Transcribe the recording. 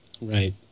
Right